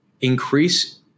increase